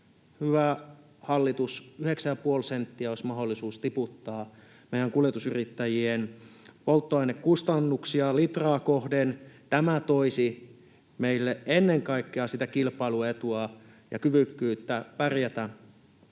ja puoli senttiä olisi mahdollisuus tiputtaa meidän kuljetusyrittäjien polttoainekustannuksia litraa kohden. Tämä toisi meille ennen kaikkea sitä kilpailuetua ja kyvykkyyttä pärjätä,